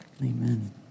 Amen